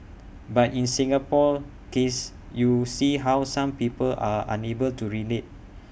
but in Singapore's case you see how some people are unable to relate